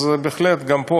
אז בהחלט גם פה,